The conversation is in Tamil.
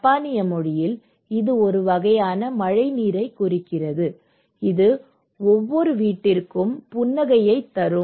ஜப்பானிய மொழியில் இது ஒரு வகையான மழைநீரைக் குறிக்கிறது இது ஒவ்வொரு வீட்டிற்கும் புன்னகையைத் தரும்